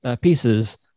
pieces